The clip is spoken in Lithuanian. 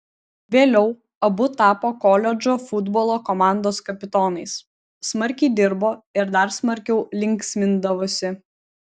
vėliau abu tapo koledžo futbolo komandos kapitonais smarkiai dirbo ir dar smarkiau linksmindavosi